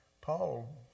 Paul